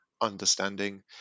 understanding